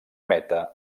meta